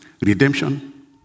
redemption